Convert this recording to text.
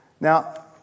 Now